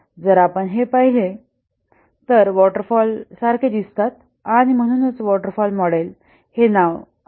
जर आपण हे पाहिले तर वॉटरफॉल सारखे दिसतात आणि आणि म्हणून वॉटर फॉल मॉडेल हे नाव आहे